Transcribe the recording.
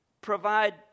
provide